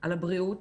על הבריאות